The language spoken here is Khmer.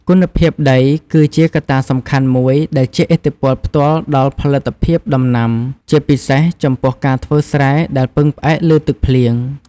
គុណភាពដី គឺជាកត្តាសំខាន់មួយដែលជះឥទ្ធិពលផ្ទាល់ដល់ផលិតភាពដំណាំ ជាពិសេសចំពោះការធ្វើស្រែដែលពឹងផ្អែកលើទឹកភ្លៀង។